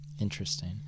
interesting